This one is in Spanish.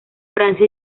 francia